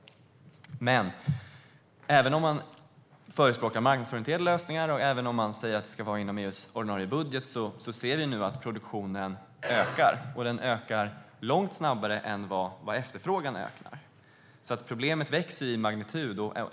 Även om man förespråkar marknadsorienterade lösningar och även om man säger att det ska vara inom EU:s ordinarie budget ser vi dock nu att produktionen ökar, och den ökar långt mycket snabbare än efterfrågan. Problemet växer alltså i magnitud.